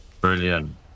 Brilliant